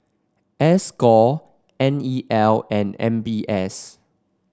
S core N E L and M B S